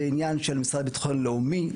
זה עניין של המשרד לביטחון לאומי.